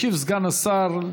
ישיב סגן השר.